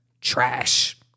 Trash